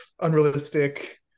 unrealistic